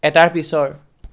এটাৰ পিছৰ